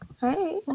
Hey